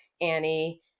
Annie